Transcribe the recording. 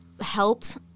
helped